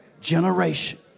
generation